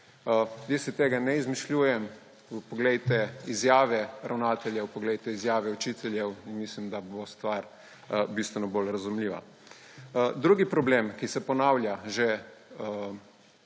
naprej. Tega si ne izmišljujem, poglejte izjave ravnateljev, poglejte izjave učiteljev in mislim, da bo stvar bistveno bolj razumljiva. Drugi problem, ki se ponavlja že